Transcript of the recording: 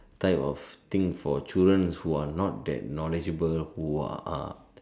type of thing for children who are not that knowledgeable who are